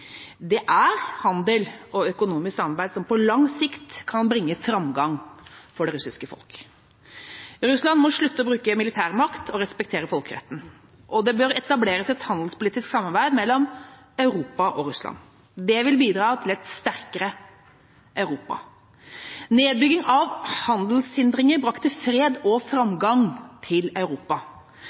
Det er handel og økonomisk samarbeid som på lang sikt kan bringe framgang for det russiske folk. Russland må slutte å bruke militærmakt og respektere folkeretten, og det bør etableres et handelspolitisk samarbeid mellom Europa og Russland. Det vil bidra til et sterkere Europa. Nedbygging av handelshindringer brakte fred og framgang til Europa.